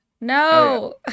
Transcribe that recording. No